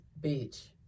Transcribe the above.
bitch